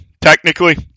technically